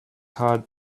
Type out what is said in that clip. heart